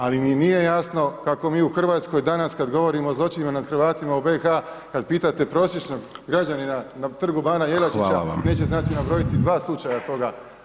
Ali mi nije jasno kako mi u Hrvatskoj danas kada govorimo o zločinima nad Hrvatima u BiH, kad pitate prosječnog građanina na Trgu bana Jelačića [[Upadica: Hvala vam.]] neće znati nabrojati dva slučaja toga.